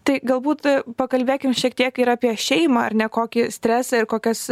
tai galbūt pakalbėkim šiek tiek ir apie šeimą ar ne kokį stresą ir kokias